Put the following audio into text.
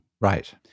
Right